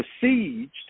besieged